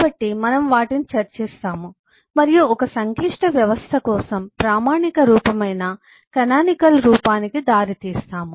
కాబట్టి మనము వాటిని చర్చిస్తాము మరియు ఒక సంక్లిష్ట వ్యవస్థ కోసం ప్రామాణిక రూపమైన కానానికల్ రూపానికి దారితీస్తాము